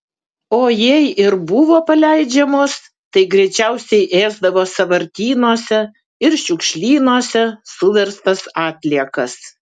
o jei ir buvo paleidžiamos tai greičiausiai ėsdavo sąvartynuose ir šiukšlynuose suverstas atliekas